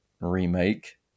remake